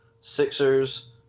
Sixers